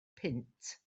punt